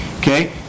okay